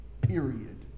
Period